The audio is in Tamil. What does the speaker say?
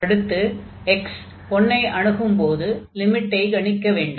அடுத்து x 1 ஐ அணுகும்போது லிமிட்டை கணிக்க வேண்டும்